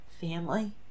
family